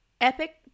epic